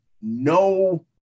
no